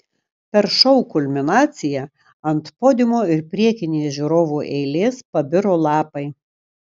per šou kulminaciją ant podiumo ir priekinės žiūrovų eilės pabiro lapai